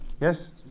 Yes